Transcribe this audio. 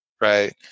Right